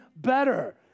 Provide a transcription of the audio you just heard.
better